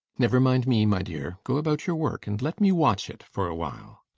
never mind me, my dear. go about your work and let me watch it for a while.